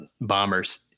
bombers